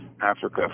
Africa